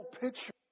picture